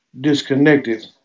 disconnected